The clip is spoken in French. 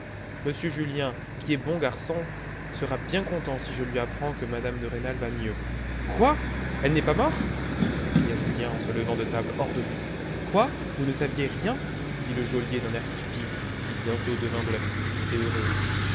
monsieur julien qui est bon garçon sera bien content si je lui apprends que mme de rênal va mieux quoi elle n'est pas morte s'écria julien en se levant de table hors de lui quoi vous ne saviez rien dit le geôlier d'un air stupide qui bientôt devint de la cupidité heureuse